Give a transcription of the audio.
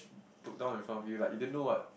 put down in front of you like you didn't know what